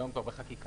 היום כבר בחקיקה,